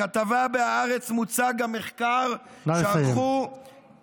בכתבה בהארץ מוצג המחקר שערכו, נא לסיים.